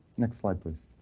next slide, please.